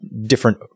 different